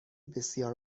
بسیار